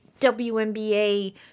WNBA